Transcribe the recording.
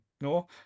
no